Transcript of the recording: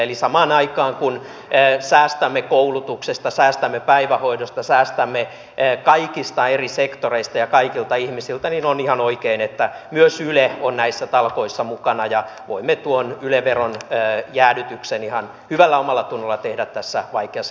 eli samaan aikaan kun säästämme koulutuksesta säästämme päivähoidosta säästämme kaikista eri sektoreista ja kaikilta ihmisiltä niin on ihan oikein että myös yle on näissä talkoissa mukana ja voimme tuon yle veron jäädytyksen ihan hyvällä omallatunnolla tehdä tässä vaikeassa taloustilanteessa